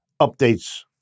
updates